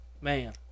man